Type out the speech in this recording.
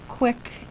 Quick